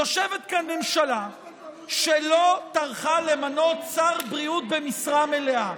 יושבת כאן ממשלה שלא טרחה למנות שר בריאות במשרה מלאה.